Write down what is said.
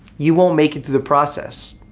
you won't make it through the process.